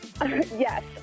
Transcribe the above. Yes